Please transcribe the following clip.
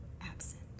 absent